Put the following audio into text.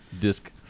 disc